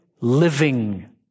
living